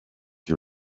you